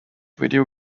video